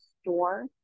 store